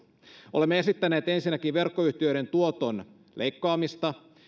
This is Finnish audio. olemme esittäneet ensinnäkin verkkoyhtiöiden tuoton leikkaamista